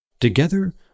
Together